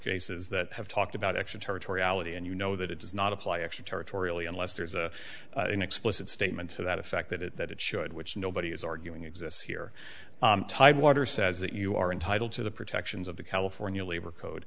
cases that have talked about extraterritoriality and you know that it does not apply extra territorially unless there is a an explicit statement to that effect that it that it should which nobody is arguing exists here tidewater says that you are entitled to the protections of the california labor code